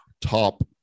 Top